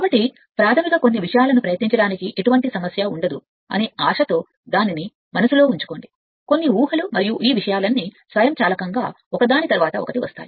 కాబట్టి ప్రాథమిక కొన్ని విషయాలను ప్రయత్నించడానికి ఎటువంటి సమస్య ఉండదు అనే ఆశతో దానిని మనస్సులో ఉంచుకోండి కొన్ని ఊహలు మరియు ఈ విషయాలన్నీ స్వయంచాలకంగా ఒకదాని తరువాత ఒకటి వస్తాయి